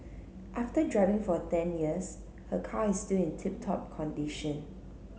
after driving for ten years her car is still in tip top condition